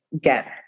get